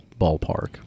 ballpark